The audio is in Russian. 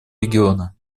региона